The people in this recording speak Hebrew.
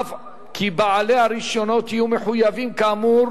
אף כי בעלי הרשיונות יהיו מחויבים כאמור